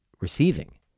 receiving